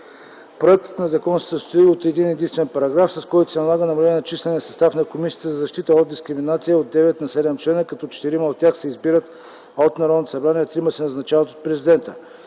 Проектът на закон се състои от един-единствен параграф, с който се налага намаление на числения състав на Комисията за защита от дискриминация от девет на седем члена, като четирима от тях се избират от Народното събрание, а трима се назначават от президента.